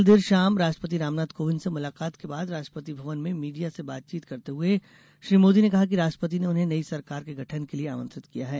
कल देर शाम राष्ट्रपति रामनाथ कोविंद से मुलाकात के बाद राष्ट्रपति भवन में मीडिया से बातचीत करते हुए श्री मोदी ने कहा कि राष्ट्रपति ने उन्हें नई सरकार के गठन के लिए आमंत्रित किया है